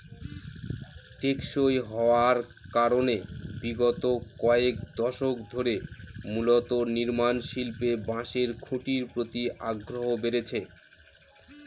টেকসই হওয়ার কারনে বিগত কয়েক দশক ধরে মূলত নির্মাণশিল্পে বাঁশের খুঁটির প্রতি আগ্রহ বেড়েছে